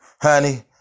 honey